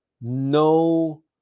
no